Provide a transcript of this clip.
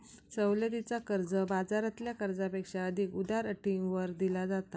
सवलतीचा कर्ज, बाजारातल्या कर्जापेक्षा अधिक उदार अटींवर दिला जाता